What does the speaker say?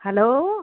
hello